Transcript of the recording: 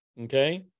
okay